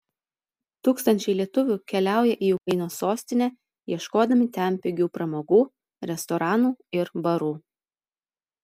tūkstančiai lietuvių keliaują į ukrainos sostinę ieškodami ten pigių pramogų restoranų ir barų